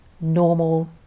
normal